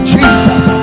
Jesus